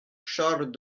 charles